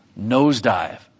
Nosedive